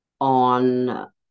on